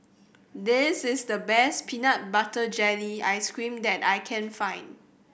this is the best peanut butter jelly ice cream that I can find